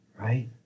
Right